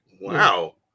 Wow